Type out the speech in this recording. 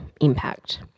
impact